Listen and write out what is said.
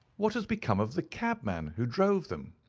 what has become of the cabman who drove them?